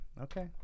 Okay